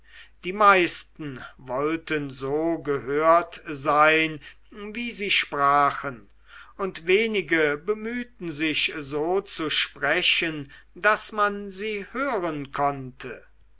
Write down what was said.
die meisten wollten so gehört sein wie sie sprachen und wenige bemühten sich so zu sprechen daß man sie hören könnte